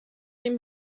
این